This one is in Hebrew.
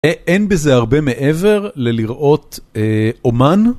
אין בזה הרבה מעבר ללראות אומן.